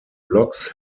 blogs